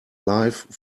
life